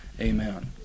Amen